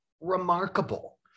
remarkable